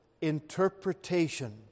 interpretation